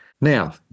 Now